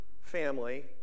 family